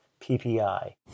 PPI